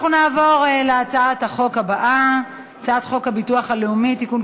אנחנו נעבור להצעת החוק הבאה: הצעת חוק הביטוח הלאומי (תיקון,